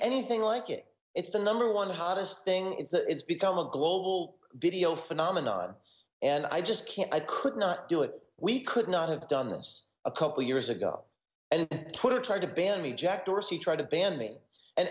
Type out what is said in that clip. anything like it it's the number one hottest thing it's become a global video phenomenon and i just can't i could not do it we could not have done this a couple years ago and twitter tried to ban me jack dorsey tried to ban me and